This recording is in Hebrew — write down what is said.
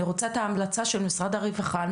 אני רוצה את ההמלצה של משרד הרווחה על